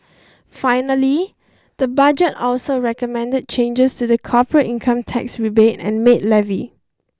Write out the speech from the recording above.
finally the budget also recommended changes to the corporate income tax rebate and maid levy